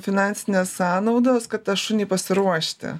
finansinės sąnaudas kad tą šunį pasiruošti